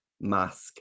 mask